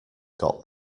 got